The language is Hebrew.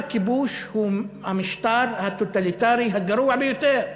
כיבוש הוא המשטר הטוטליטרי הגרוע ביותר.